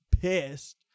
pissed